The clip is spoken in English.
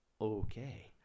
Okay